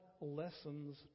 Lessons